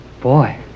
Boy